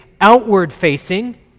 outward-facing